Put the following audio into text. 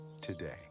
today